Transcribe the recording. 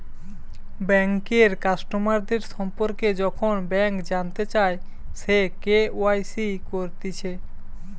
বেঙ্কের কাস্টমারদের সম্পর্কে যখন ব্যাংক জানতে চায়, সে কে.ওয়াই.সি করতিছে